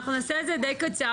אנחנו נעשה את זה די קצר.